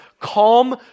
calm